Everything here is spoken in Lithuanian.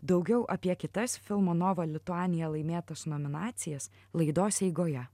daugiau apie kitasfilmo nova lituanija laimėtas nominacijas laidos eigoje